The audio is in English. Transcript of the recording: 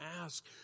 ask